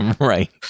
Right